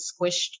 squished